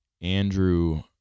Andrew